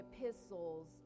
epistles